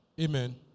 Amen